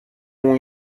اون